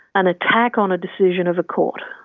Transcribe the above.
an attack on a decision of a court.